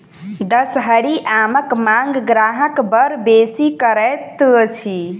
दसहरी आमक मांग ग्राहक बड़ बेसी करैत अछि